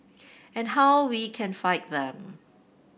and how we can fight them